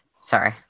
Sorry